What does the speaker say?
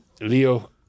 Leo